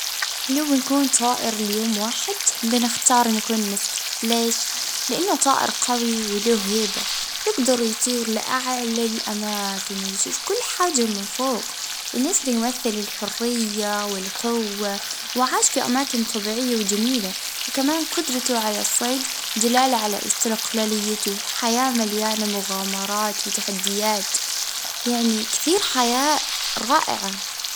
اه نختار أن نكون صقر على خاطر أن عنده نظرة حادة وسرعة في الطيران ويجدر اه يشوف كل شي من فوج.